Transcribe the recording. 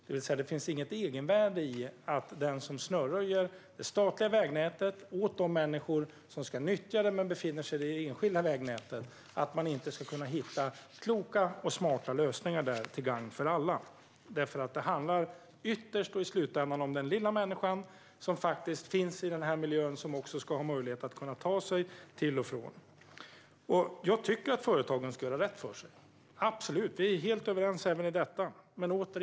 Det finns med andra ord inget egenvärde i att inte hitta kloka och smarta lösningar som är till gagn för alla när det gäller att snöröja det statliga vägnätet åt människor som ska nyttja det men som befinner sig i det enskilda vägnätet. Det handlar i slutänden om den lilla människan, som finns i den miljön och som också ska ha möjlighet att ta sig till och från den. Jag tycker absolut att företagen ska göra rätt för sig. Jag och statsrådet är helt överens även när det gäller detta.